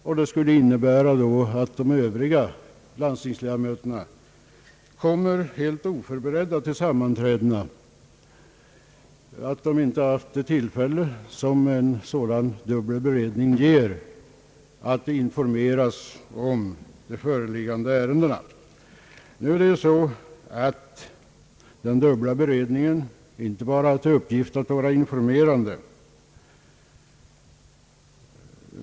Detta skulle innebära att de övriga landstingsledamöterna kommer helt oförberedda till sammanträdena, att de inte haft det tillfälle som en dubbel beredning ger att få information om ärendena. Nu har den dubbla beredningen inte bara till uppgift att vara informerande.